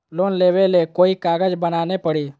Loan लेबे ले कोई कागज बनाने परी?